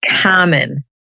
common